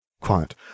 Quiet